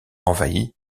envahi